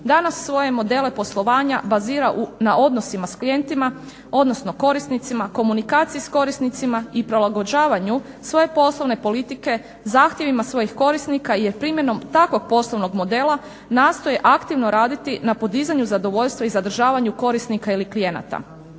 danas svoje modele poslovanja bazira na odnosima s klijentima, odnosno korisnicima, komunikaciji s korisnicima i prilagođavanju svoje poslovne politike zahtjevima svojih korisnika jer primjenom takvog poslovnog modela nastoje aktivno raditi na podizanju zadovoljstva i zadržavanju korisnika ili klijenata.